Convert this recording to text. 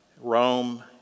Rome